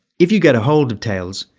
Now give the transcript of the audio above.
if you get hold of tails,